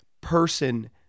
person